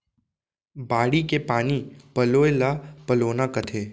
बाड़ी के पानी पलोय ल पलोना कथें